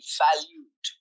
valued